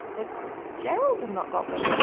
but gerald had not got one,